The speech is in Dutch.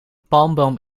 palmboom